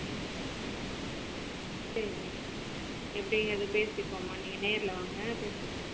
ம் சரி எப்படிங்குறது பேசிப்போம்மா நீங்கள் நேரில் வாங்க பேசிப்போம்